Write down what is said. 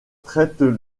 traite